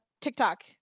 TikTok